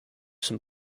some